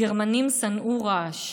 הגרמנים שנאו רעש.